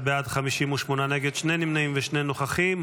שני נמנעים, שני נוכחים.